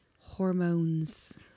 hormones